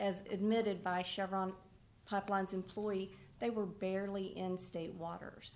as admitted by chevron pipelines employee they were barely in state waters